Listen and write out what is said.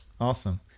Awesome